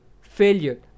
failure